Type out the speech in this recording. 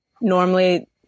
normally